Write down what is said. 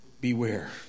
beware